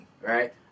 Right